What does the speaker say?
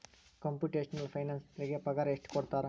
Computational ಫೈನಾನ್ಸರಿಗೆ ಪಗಾರ ಎಷ್ಟ್ ಕೊಡ್ತಾರ?